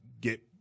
get